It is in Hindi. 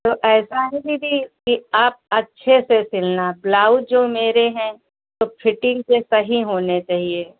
तो ऐसा है दीदी कि आप अच्छे से सिलना ब्लाउज जो मेरे हैं वे फिटिंग के सही होने चाहिए